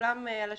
כולם על השולחן.